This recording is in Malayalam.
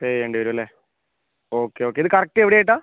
പേ ചെയ്യേണ്ടി വരും അല്ലേ ഓക്കെ ഓക്കെ ഇത് കറക്റ്റ് എവിടെ ആയിട്ടാണ്